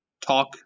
talk